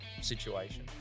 situation